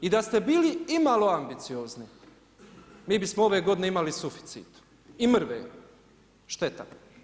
I da ste bili imalo ambiciozni mi bismo ove godine imali suficit i … Šteta.